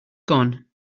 gone